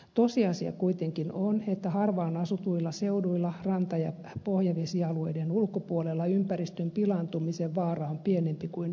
tosiasia kuitenkin on että harvaan asutuilla seuduilla ranta ja pohjavesialueiden ulkopuolella ympäristön pilaantumisen vaara on pienempi kuin rannikolla